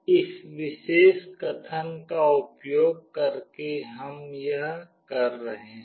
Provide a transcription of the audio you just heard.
इस विशेष कथन का उपयोग करके हम यह कर रहे हैं